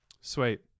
Sweet